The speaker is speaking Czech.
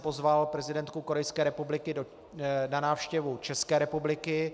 Pozval jsem prezidentku Korejské republiky na návštěvu České republiky.